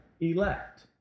elect